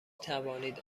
توانید